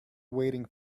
waiting